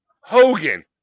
Hogan